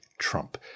Trump